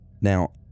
Now